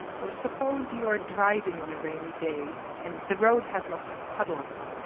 or suppose you are driving on a rainy day, and the road has lots of puddles.